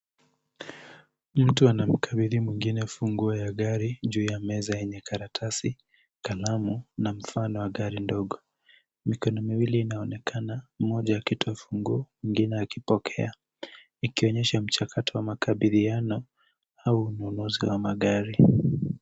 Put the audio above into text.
Ni mtu anamkabidhi mwingine funguo ya gari juu ya meza yenye karatasi kalamu, na mfano wa gari ndogo. Mikono miwili inaonekana mmoja akitoa funguo mwingine akipokea ikionyesha mchakato wa makabidhiano au ununuzi wa magari.